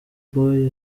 boy